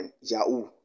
Yahoo